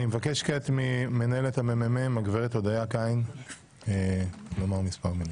אני מבקש ממנהלת המ.מ.מ הגב' הודיה קין לומר מספר מילים.